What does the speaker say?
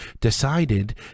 decided